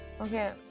Okay